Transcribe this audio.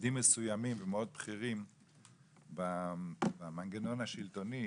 שפקידים מסוימים מאוד בכירים במנגנון השלטוני